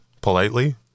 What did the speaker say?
politely